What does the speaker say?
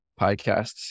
podcasts